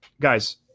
guys